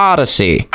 Odyssey